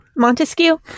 Montesquieu